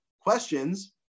questions